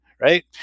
right